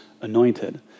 anointed